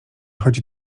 chodzi